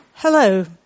Hello